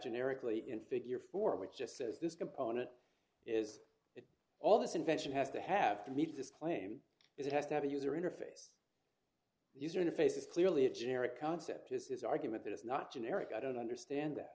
generically in figure form which just says this component is it all this invention has to have to meet this claim it has to have a user interface the user interface is clearly a generic concept this is argument that it's not generic i don't understand that